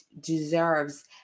deserves